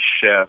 Chef